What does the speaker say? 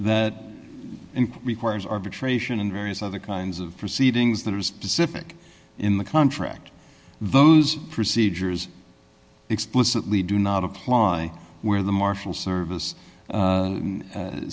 that requires arbitration and various other kinds of proceedings that are specific in the contract those procedures explicitly do not apply where the marshal service